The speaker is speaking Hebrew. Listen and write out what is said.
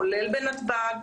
כולל בנתב"ג.